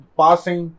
passing